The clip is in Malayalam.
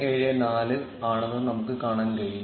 374 ആണെന്നും നമുക്ക് കാണാൻ കഴിയും